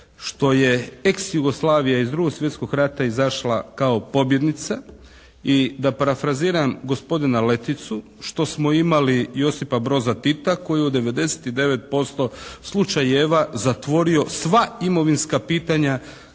što je ex Jugoslavija iz II. Svjetskog rata izašla kao pobjednica i da parafraziram gospodina Leticu, što smo imali Josipa Broza Tita koji je u 99% slučajeva zatvorio sva imovinska pitanja